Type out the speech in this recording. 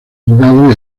juzgados